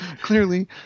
Clearly